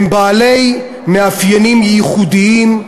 הם בעלי מאפיינים ייחודיים,